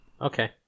Okay